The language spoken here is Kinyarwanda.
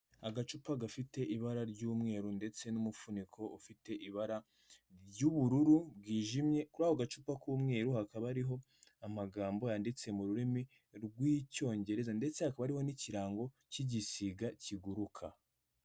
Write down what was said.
Agacupa gafite ibara ry'umweru ndetse n'umufuniko ufite ibara ry'ubururu bwijimye, kuri ako gacupa k'umweru hakaba hariho amagambo yanditse mu rurimi rw'Icyongereza ndetse hakaba hariho n'ikirango cy'igisiga kiguruka.